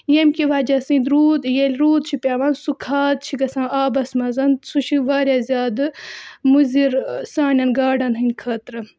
یٔمۍ کہِ وجہ سۭتۍ روٗد ییٚلہِ روٗد چھِ پیٚوان سُہ کھاد چھِ گژھان آبَس منٛز سُہ چھِ واریاہ زیادٕ مُضِر سانٮ۪ن گاڈَن ہٕنٛدۍ خٲطرٕ